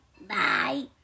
Bye